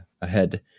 ahead